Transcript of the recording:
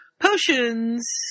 potions